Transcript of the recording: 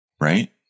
right